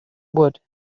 would